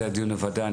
זה הדיון בוועדה.